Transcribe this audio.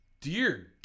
Dear